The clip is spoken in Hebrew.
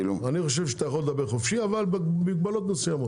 אני חושב שאתה יכול לדבר חופשי אבל במגבלות מסוימות.